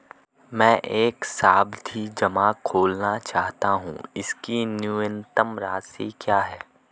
मैं एक सावधि जमा खोलना चाहता हूं इसकी न्यूनतम राशि क्या है?